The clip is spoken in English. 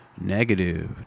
negative